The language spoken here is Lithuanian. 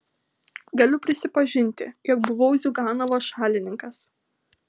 galiu prisipažinti jog buvau ziuganovo šalininkas